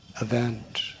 event